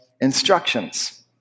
instructions